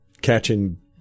catching